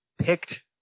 picked